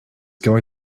going